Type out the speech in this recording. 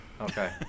Okay